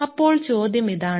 അപ്പോൾ ചോദ്യം ഇതാണ്